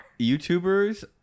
youtubers